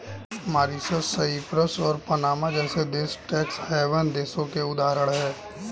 Mauritius, Cyprus और Panama जैसे देश टैक्स हैवन देशों के उदाहरण है